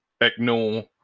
ignore